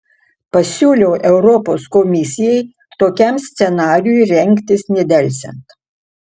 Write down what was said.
pasiūliau europos komisijai tokiam scenarijui rengtis nedelsiant